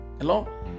Hello